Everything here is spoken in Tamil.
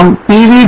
நாம் pv